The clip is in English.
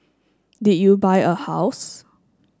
did you buy a house